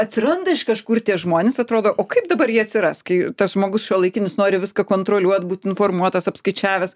atsiranda iš kažkur tie žmonės atrodo o kaip dabar jie atsiras kai tas žmogus šiuolaikinis nori viską kontroliuot būti informuotas apskaičiavęs